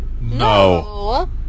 No